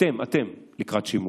אתם, אתם, לקראת שימוע.